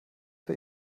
bei